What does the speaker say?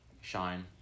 shine